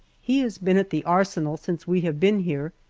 he has been at the arsenal since we have been here,